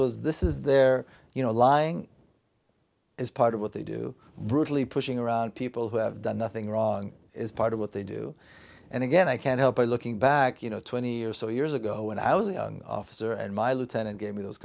was this is there you know lying is part of what they do brutally pushing around people who have done nothing wrong is part of what they do and again i can't help but looking back you know twenty or so years ago when i was a young officer and my lieutenant gave me those